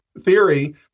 theory